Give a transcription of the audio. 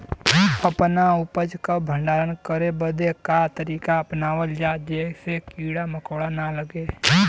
अपना उपज क भंडारन करे बदे का तरीका अपनावल जा जेसे कीड़ा मकोड़ा न लगें?